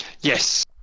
Yes